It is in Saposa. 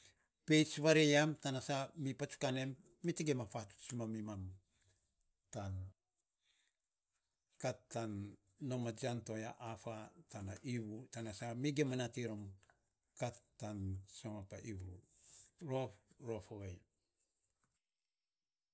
Peits vaare yam, tanasa mi patsukan en, te gima faatsuts mimimam tan kat tan nom a jian to ya a affa tana iivu. Tanasa mi gim rom ma nat iny rom kat tan somap a iivu, rof, rof ovei.